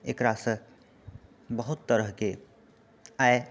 एकरासँ बहुत तरहके आय